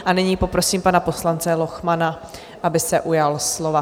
A nyní poprosím pana poslance Lochmana, aby se ujal slova.